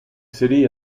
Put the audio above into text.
city